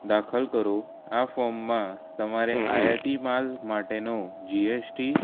દાખલ કરો આ ફોર્મમાં તમારે આયાતી માલ માટેનો જીએસટી